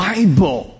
Bible